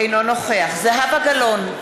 אינו נוכח זהבה גלאון,